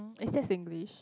is that Singlish